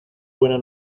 buena